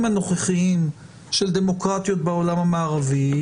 הנוכחיים של דמוקרטיות בעולם המערבי,